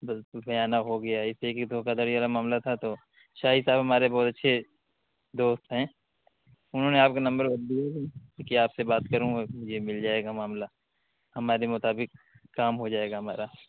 بس بیانہ ہو گیا اس سے کہ دھوکہ دھڑی والا معاملہ تھا تو شاہد صاحب ہمارے بہت اچھے دوست ہیں انہوں نے آپ کا نمبر دیا ہے کہ آپ سے بات کروں اور مجھے مل جائے گا معاملہ ہمارے مطابق کام ہو جائے گا ہمارا